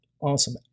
awesome